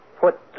Put